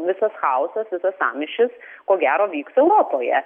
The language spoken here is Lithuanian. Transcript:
visas chaosas visas sąmyšis ko gero vyks europoje